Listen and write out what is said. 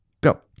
Go